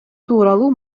тууралуу